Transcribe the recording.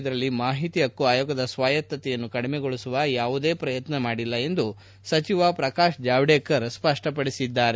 ಇದರಲ್ಲಿ ಮಾಹಿತಿ ಹಕ್ಕು ಆಯೋಗದ ಸ್ವಾಯತ್ತತೆಯನ್ನು ಕಡಿಮೆಗೊಳಸುವ ಯಾವುದೇ ಪ್ರಯತ್ನ ಮಾಡಿಲ್ಲ ಎಂದು ಸಚಿವ ಪ್ರಕಾಶ್ ಜಾವಡೇಕರ್ ತಿಳಿಸಿದ್ಗಾರೆ